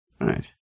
Right